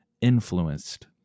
influenced